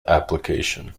application